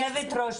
יושבת ראש,